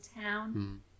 town